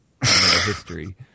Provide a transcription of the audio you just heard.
history